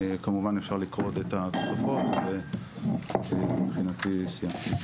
כמובן אפשר לקרוא את הדוחות ומבחינתי סיימתי.